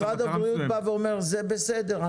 משרד הבריאות אומר שזה בסדר,